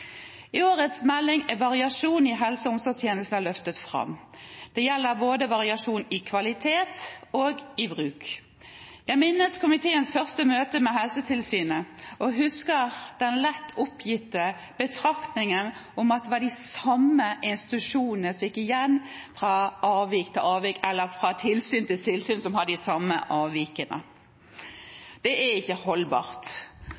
I årets melding er variasjon i helse- og omsorgstjenester løftet fram. Det gjelder variasjon både i kvalitet og i bruk. Jeg minnes komiteens første møte med Helsetilsynet og husker den lett oppgitte betraktningen om at det var de samme institusjonene som gikk igjen fra tilsyn til tilsyn, og som hadde de samme avvikene. Det er ikke holdbart. Vi er nødt til